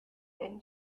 then